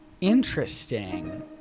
interesting